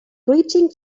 breaching